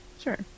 Sure